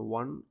one